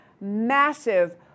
massive